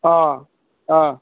অঁ অঁ